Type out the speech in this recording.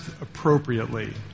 appropriately